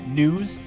news